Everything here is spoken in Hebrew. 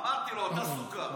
אמרתי לו: אתה סוכר,